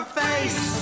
face